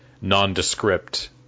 nondescript